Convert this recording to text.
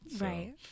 Right